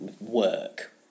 work